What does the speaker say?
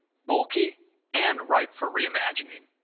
bulky and ripe for reimagining.